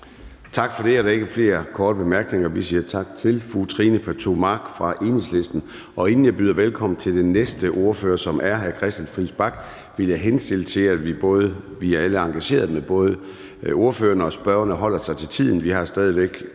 Tak for det. Der er ikke flere korte bemærkninger. Vi siger tak til fru Trine Pertou Mach fra Enhedslisten. Inden jeg byder velkommen til den næste ordfører, som er hr. Christian Friis Bach, vil jeg henstille til – alle er jo engagerede – at både ordførererne og spørgerne holder sig til tiden.